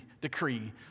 decree